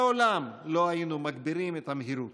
לעולם לא היינו מגבירים את המהירות,